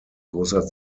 großer